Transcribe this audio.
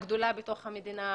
הגדולה בתוך המדינה,